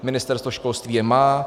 Ministerstvo školství je má.